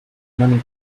money